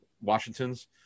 Washingtons